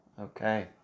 okay